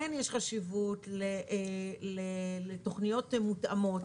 כן יש חשיבות לתוכניות מותאמות,